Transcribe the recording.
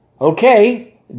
Okay